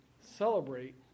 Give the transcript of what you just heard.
celebrate